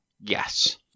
Yes